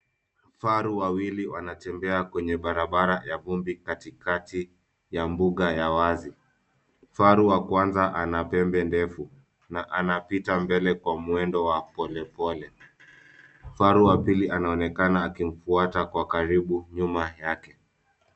Faru wawili wanatembea kwenye barabara ya vumbi katikati ya mbuga ya wazi. Faru wa kwanza ana pembe ndefu na anapita mbele kwa mwendo wa polepole. Faru wa pili anaonekana akimfuata kwa karibu nyuma yake.